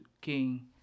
King